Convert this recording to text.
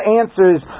answers